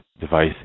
device